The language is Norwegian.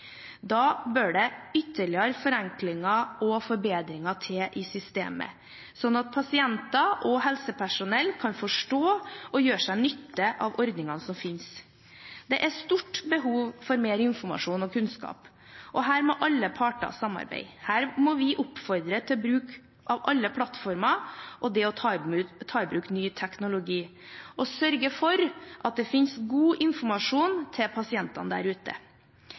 Da bør det ytterligere forenklinger og forbedringer til i systemet, slik at pasienter og helsepersonell kan forstå og gjøre seg nytte av ordningene som finnes. Det er stort behov for mer informasjon og kunnskap, og her må alle parter samarbeide. Her må vi oppfordre til å bruke alle plattformer, til å ta i bruk ny teknologi og sørge for at det finnes god informasjon til pasientene der ute.